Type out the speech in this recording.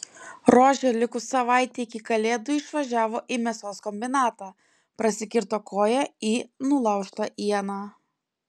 rožė likus savaitei iki kalėdų išvažiavo į mėsos kombinatą prasikirto koją į nulaužtą ieną